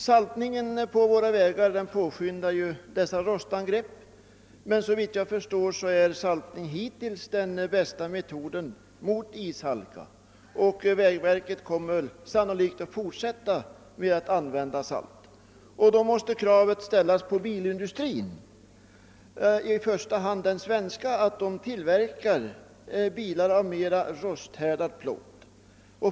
Saltningen på våra vägar påskyndar också rostangreppen, men såvitt jag förstår är saltningen den hittills bästa metod som kommit till användning mot ishalka. Vägverket kommer därför sannolikt att fortsätta med att använda salt. Därför måste kravet ställas på bilindustrin, i första hand den svenska, att man skall tillverka bilar av mera rosthärdig plåt.